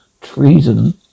treason